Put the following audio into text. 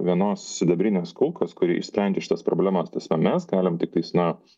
vienos sidabrinės kulkos kuri išsprendžia šitas problemas mes galim tiktais na